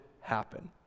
happen